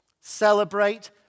Celebrate